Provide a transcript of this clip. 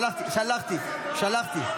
שלחתי סדרנים, שלחתי.